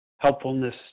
helpfulness